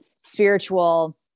spiritual